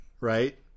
Right